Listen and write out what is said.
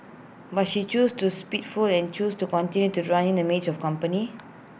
but she chose to spiteful and chose to continue to ruin the image of the company